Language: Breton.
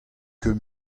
ket